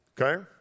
Okay